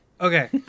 okay